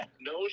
no